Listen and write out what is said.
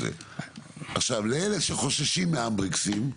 מאלה שחוששים מהנד ברקסים,